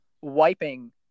wiping